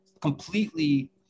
completely